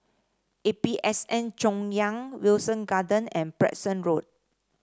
A P S N Chaoyang Wilton Garden and Preston Road